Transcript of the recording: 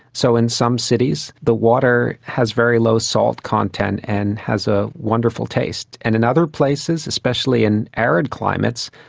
so in some cities the water has very low salt content and has a wonderful taste. and in other places, especially in arid climates,